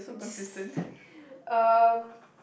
just um